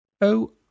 Oh